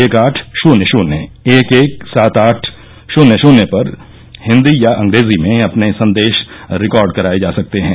एक आठ शन्य शन्य एक एक सात आठ शन्य शन्य पर हिंदी या अंग्रेजी में अपने संदेश रिकार्ड कराए जा सकते हैं